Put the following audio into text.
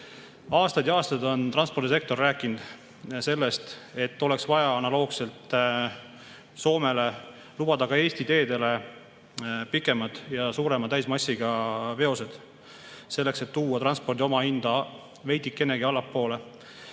Aastaid ja aastaid on transpordisektoris räägitud sellest, et oleks vaja analoogselt Soomele lubada Eesti teedele pikemad ja suurema täismassiga [veokid], selleks et tuua transpordi omahinda veidikenegi allapoole.